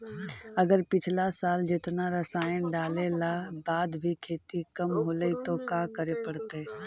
अगर पिछला साल जेतना रासायन डालेला बाद भी खेती कम होलइ तो का करे पड़तई?